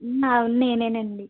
అవును నేనేనండీ